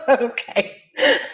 Okay